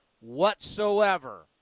whatsoever